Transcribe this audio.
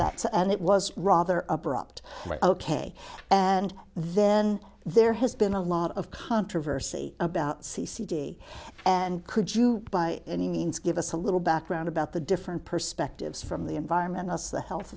that and it was rather abrupt ok and then there has been a lot of controversy about c c d and could you by any means give us a little background about the different perspectives from the environment as the health